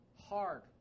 hard